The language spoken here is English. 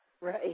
Right